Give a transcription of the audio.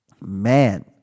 man